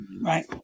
Right